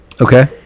Okay